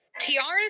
tiaras